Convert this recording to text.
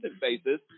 basis